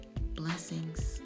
Blessings